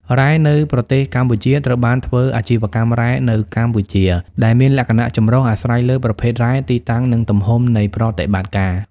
រ៉ែនៅប្រទេសកម្ពុជាត្រូវបានធ្វើអាជីវកម្មរ៉ែនៅកម្ពុជា ដែលមានលក្ខណៈចម្រុះ អាស្រ័យលើប្រភេទរ៉ែ ទីតាំង និងទំហំនៃប្រតិបត្តិការ។